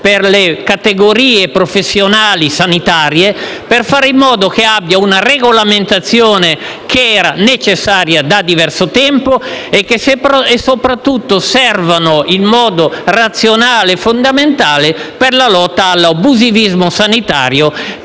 per le categorie professionali sanitarie. L'obiettivo è fare in modo che ci sia una regolamentazione, che era necessaria da diverso tempo e - soprattutto - che serve in modo razionale e fondamentale per la lotta all'abusivismo sanitario;